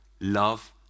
love